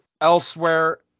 Elsewhere